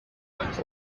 bought